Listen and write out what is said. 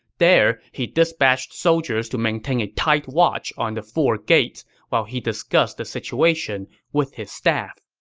there, he dispatched soldiers to maintain a tight watch on the four gates while he discussed the situation with his staff